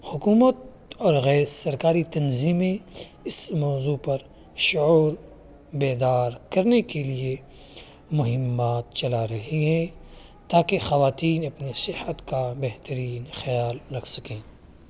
حکومت اور غیر سرکاری تنظیمیں اس موضوع پر شعور بیدار کرنے کے لیے مہمات چلا رہی ہیں تاکہ خواتین اپنی صحت کا بہترین خیال رکھ سکیں